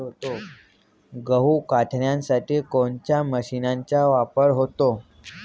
गहू काढण्यासाठी कोणत्या मशीनचा वापर होतो?